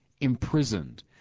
imprisoned